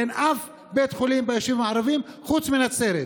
אין אף בית חולים ביישובים הערביים חוץ מנצרת,